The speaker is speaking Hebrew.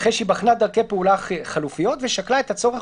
אחרי שהיא בחנה דרכי פעולה חלופיות ושקלה את הצורך